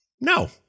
No